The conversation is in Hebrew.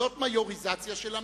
זאת מיוריזציה של המיעוט.